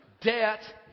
Debt